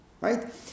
right